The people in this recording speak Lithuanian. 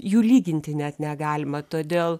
jų lyginti net negalima todėl